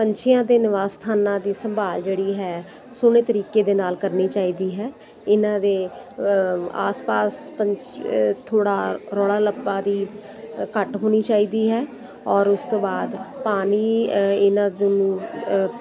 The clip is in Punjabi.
ਪੰਛੀਆਂ ਦੇ ਨਿਵਾਸ ਸਥਾਨਾਂ ਦੀ ਸੰਭਾਲ ਜਿਹੜੀ ਹੈ ਸੋਹਣੇ ਤਰੀਕੇ ਦੇ ਨਾਲ ਕਰਨੀ ਚਾਹੀਦੀ ਹੈ ਇਹਨਾਂ ਦੇ ਆਸ ਪਾਸ ਪੰਛ ਥੋੜ੍ਹਾ ਰੌਲਾ ਲੱਪਾ ਦੀ ਘੱਟ ਹੋਣੀ ਚਾਹੀਦੀ ਹੈ ਔਰ ਉਸ ਤੋਂ ਬਾਅਦ ਪਾਣੀ ਇਹਨਾਂ ਨੂੰ